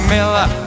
Miller